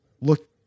look